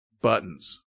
buttons